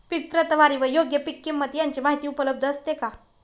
पीक प्रतवारी व योग्य पीक किंमत यांची माहिती उपलब्ध असते का?